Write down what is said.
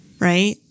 Right